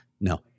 No